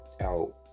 out